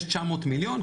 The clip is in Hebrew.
יש 900 מיליון.